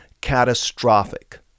catastrophic